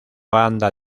banda